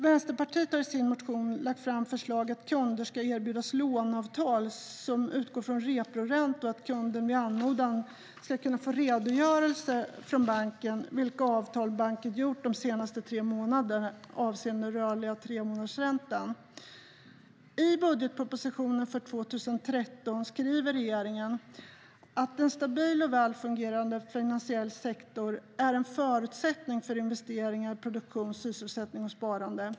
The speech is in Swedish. Vänsterpartiet har i sin motion lagt fram förslaget att kunder ska erbjudas låneavtal som utgår från reporäntan och att kunden vid anmodan ska kunna få en redogörelse från banken om vilka avtal banken ingått de senaste tre månaderna avseende den rörliga tremånadersräntan. I budgetpropositionen för 2013 skriver regeringen att en stabil och väl fungerande finansiell sektor är en förutsättning för investeringar, produktion, sysselsättning och sparande.